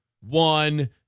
one